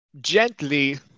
gently